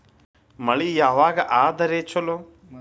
ಮಳಿ ಯಾವಾಗ ಆದರೆ ಛಲೋ?